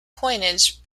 coinage